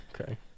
Okay